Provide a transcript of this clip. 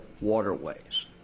waterways